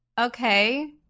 Okay